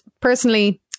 personally